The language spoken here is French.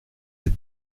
êtes